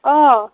অ